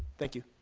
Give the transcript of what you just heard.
thank you.